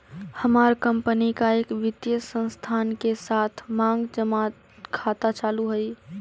हमार कंपनी का एक वित्तीय संस्थान के साथ मांग जमा खाता चालू हई